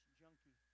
junkie